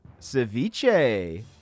ceviche